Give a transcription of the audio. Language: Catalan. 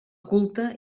culte